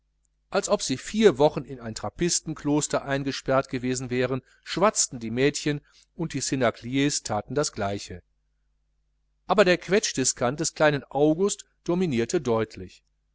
als ob sie vier wochen in ein trapistenkloster eingesperrt gewesen wären schwatzten die mädchen und die cnacliers thaten das gleiche aber der quetschdiskant des kleinen august dominierte deutlich